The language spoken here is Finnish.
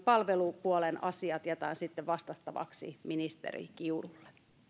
palvelupuolen asiat jätän sitten vastattavaksi ministeri kiurulle